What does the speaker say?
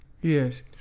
yes